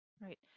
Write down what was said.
right